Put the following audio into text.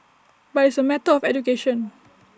but it's A matter of education